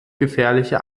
gefährliche